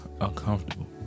uncomfortable